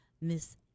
Miss